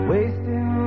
Wasting